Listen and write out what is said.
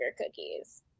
cookies